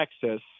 Texas